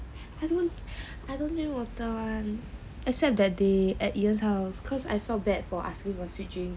I don't I don't drink water [one] except that day at ian's house cause I felt bad for asking for sweet drink